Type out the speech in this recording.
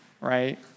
right